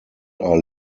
are